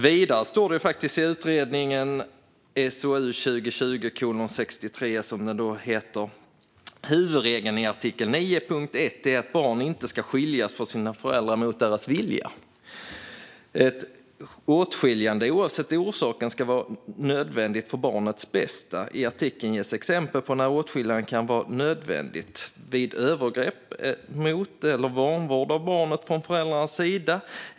Vidare står det i utredningen SOU 2020:63: "Huvudregeln i artikel 9.1 är att ett barn inte ska skiljas från sina föräldrar mot deras vilja. - Ett åtskiljande, oavsett orsaken, ska vara nödvändigt för barnets bästa. I artikeln ges exempel på när ett åtskiljande kan vara nödvändigt: vid övergrepp mot eller vanvård av barnet från föräldrarnas sida .